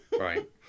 Right